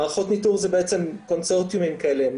מערכות ניטור זה בעצם קונצורטיומים כאלה,